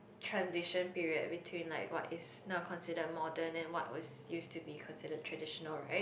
transition period between like what is not considered modern and what was used to be considered traditional right